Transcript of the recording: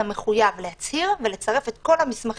אתה מחויב להצהיר ולצרף את כל המסמכים